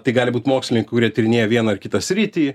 tai gali būt mokslininkai kurie tyrinėja vieną ar kitą sritį